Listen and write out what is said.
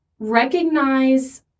recognize